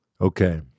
Okay